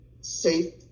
safe